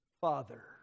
Father